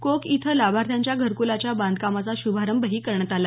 कोक इथं लाभार्थ्यांच्या घरक्लाच्या बांधकामाचा शुभारंभही करण्यात आला